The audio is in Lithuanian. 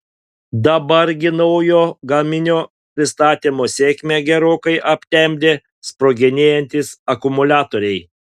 dabar gi naujo gaminio pristatymo sėkmę gerokai aptemdė sproginėjantys akumuliatoriai